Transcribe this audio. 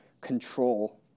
control